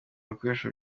bikoresho